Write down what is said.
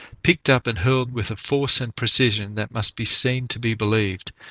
picked up and hurled with a force and precision that must be seen to be believed,